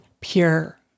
pure